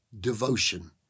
devotion